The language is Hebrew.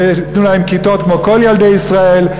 תנו להם כיתות כמו לכל ילדי ישראל,